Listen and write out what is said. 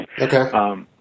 Okay